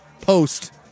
post